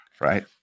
right